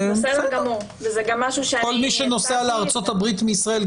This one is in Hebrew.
כל מי שנוסע לארצות הברית מישראל,